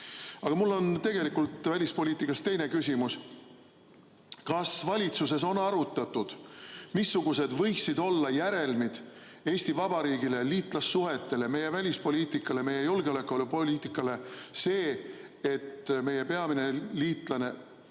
mul on tegelikult välispoliitika kohta teine küsimus. Kas valitsuses on arutatud, missugused võiksid olla järelmid Eesti Vabariigile, liitlassuhetele, meie välispoliitikale, meie julgeolekupoliitikale? Kas see, et meie peamine liitlane